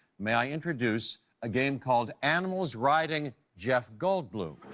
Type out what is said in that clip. may i introduce a game called animals riding jeff goldblum.